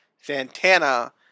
Santana